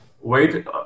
wait